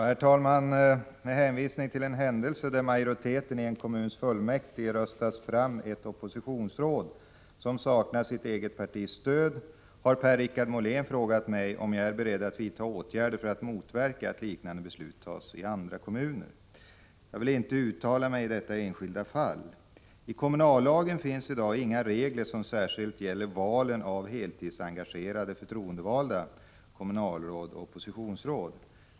Herr talman! Med hänvisning till en händelse där majoriteten i en kommuns fullmäktige röstat fram ett s.k. oppositionsråd som saknar sitt eget partis stöd, har Per-Richard Molén frågat mig om jag är beredd att vidta åtgärder för att motverka att liknande beslut tas i andra kommuner. Jag vill inte uttala mig om detta enskilda fall. I kommunallagen finns i dag inga regler som särskilt gäller valen av heltidsengagerade förtroendevalda, dvs. kommunalråd och oppositionsråd.